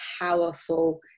powerful